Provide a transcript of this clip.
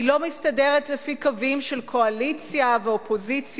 היא לא מסתדרת לפי קווים של קואליציה ואופוזיציה,